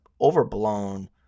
overblown